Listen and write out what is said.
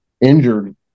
injured